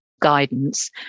guidance